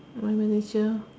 my manager